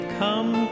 come